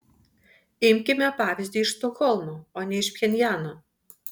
imkime pavyzdį iš stokholmo o ne iš pchenjano